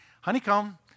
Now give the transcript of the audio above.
honeycomb